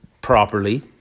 properly